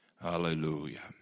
Hallelujah